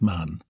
Man